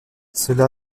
cela